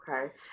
okay